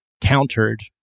countered